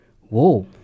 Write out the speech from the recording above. whoa